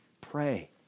Pray